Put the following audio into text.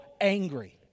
angry